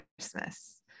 Christmas